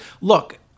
look